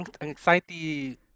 anxiety